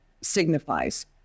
signifies